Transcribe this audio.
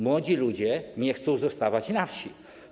Młodzi ludzie nie chcą zostawać na wsi.